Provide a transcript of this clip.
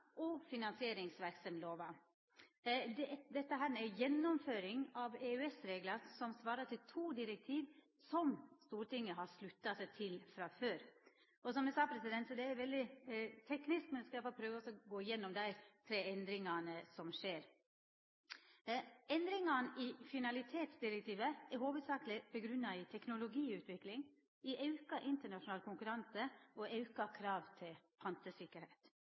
betalingssystemlova og finansieringsverksemdslova. Dette er gjennomføringa av EØS-reglar som svarar til to direktiv, som Stortinget har slutta seg til frå før. Som eg sa, er det veldig teknisk, men eg skal prøva å gå gjennom dei tre endringane som skjer. Endringane i finalitetsdirektivet er hovudsakeleg grunngjeve i teknologiutvikling, auka internasjonal konkurranse og auka krav til